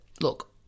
look